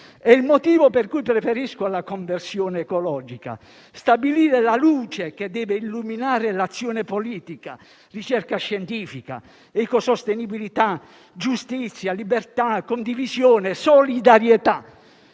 È il motivo per cui preferisco la conversione ecologica: stabilire la luce che deve illuminare l'azione politica, la ricerca scientifica, l'ecosostenibilità, la giustizia, la libertà, la condivisione e la solidarietà.